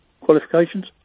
Qualifications